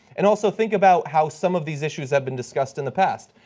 and also think about how some of these issues have been discussed in the past.